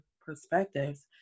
perspectives